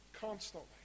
constantly